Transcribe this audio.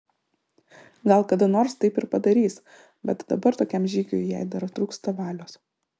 gal kada nors taip ir padarys bet dabar tokiam žygiui jai dar trūksta valios